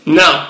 no